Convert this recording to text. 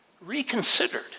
reconsidered